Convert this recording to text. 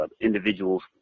individuals